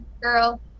girl